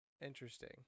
Interesting